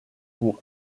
pour